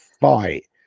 fight